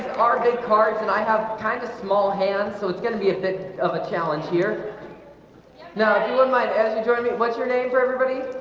are big cards and i have kind of small hands so it's gonna be a bit of a challenge here now if you one might as you join me, what's your name for everybody?